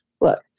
look